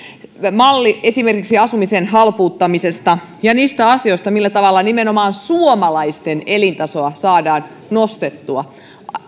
malli esimerkiksi asumisen halpuuttamisesta ja niistä asioista millä tavalla nimenomaan suomalaisten elintasoa saadaan nostettua